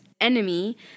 enemy